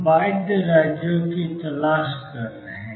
हम बाध्य राज्यों की तलाश कर रहे हैं